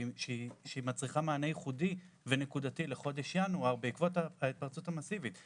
שהיא מצריכה מענה ייחודי ונקודתי לחודש ינואר בעקבות ההתפרצות המסיבית.